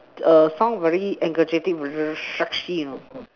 err sound very energetic when the sexy you know